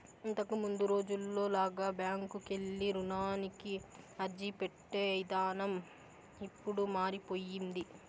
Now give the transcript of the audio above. ఇంతకముందు రోజుల్లో లాగా బ్యాంకుకెళ్ళి రుణానికి అర్జీపెట్టే ఇదానం ఇప్పుడు మారిపొయ్యింది